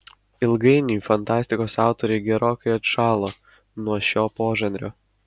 ilgainiui fantastikos autoriai gerokai atšalo nuo šio požanrio